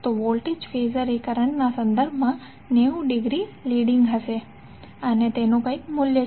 તો વોલ્ટેજ ફેઝરએ કરંટના સંદર્ભમાં 90 ડિગ્રી લીડીંગ હશે અને તેનું કંઇક મૂલ્ય છે